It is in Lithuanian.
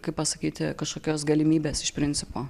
kaip pasakyti kažkokios galimybės iš principo